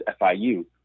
FIU